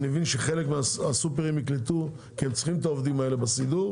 אני מבין שחלק מהסופרים יקלטו כי הם צריכים את העובדים האלה בסידור.